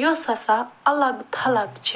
یۄس ہسا الگ تھلگ چھِ